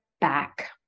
back